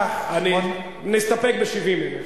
נסתפק ב-70,000 דירות.